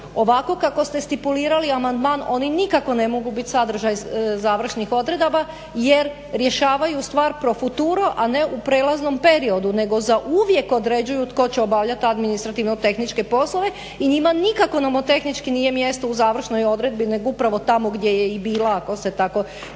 Ovako kako ste stipulirali amandman oni ne mogu nikako biti sadržaj završnih odredaba jer rješavaju stvar pro futuro a ne u prijelaznom periodu nego zauvijek određuju tko će obavljati administrativno tehničke poslove i njima nikako nomotehnički nije mjesto u završnoj odredbi nego upravo tamo gdje je i bila ako se tako